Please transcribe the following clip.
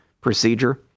procedure